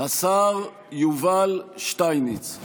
השר יובל שטייניץ.